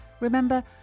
Remember